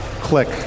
Click